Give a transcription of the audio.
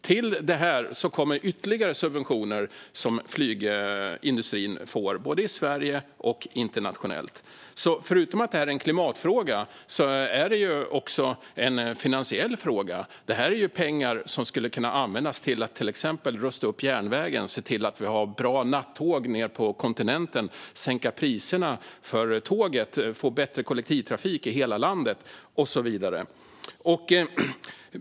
Till detta kommer ytterligare subventioner som flygindustrin får både i Sverige och internationellt. Förutom att detta är en klimatfråga är det också en finansiell fråga. Det här är ju pengar som skulle kunna användas för att till exempel rusta upp järnvägen, se till att vi har bra nattåg till kontinenten, sänka priserna för tåget, få en bättre kollektivtrafik i hela landet och så vidare.